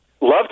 Love